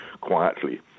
quietly